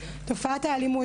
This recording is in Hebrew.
תופעת האלימות,